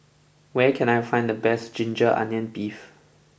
where can I find the best Ginger Onions Beef